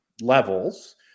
levels